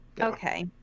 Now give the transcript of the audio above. Okay